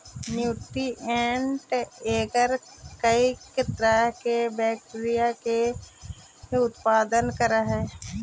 nutrient agar कईक तरह के बैक्टीरिया के उत्पादन करऽ हइ